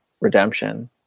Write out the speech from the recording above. redemption